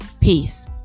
Peace